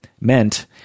meant